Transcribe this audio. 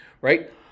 right